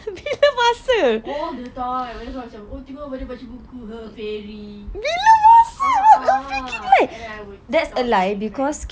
all the time tiba-tiba oh adik baca buku oh fairy ah ah and then I would stop reading fairy